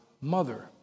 mother